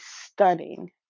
stunning